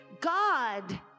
God